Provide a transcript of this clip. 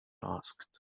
asked